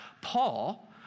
Paul